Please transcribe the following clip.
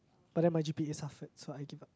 but then my G_P_A suffered so I give up